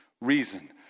reason